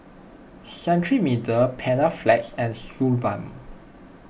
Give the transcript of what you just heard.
Cetrimide Panaflex and Suu Balm